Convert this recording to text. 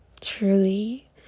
truly